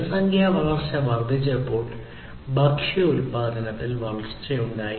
ജനസംഖ്യാ വളർച്ച വർദ്ധിച്ചപ്പോൾ ഭക്ഷ്യ ഉൽപാദനത്തിൽ വളർച്ചയുണ്ടായി